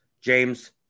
James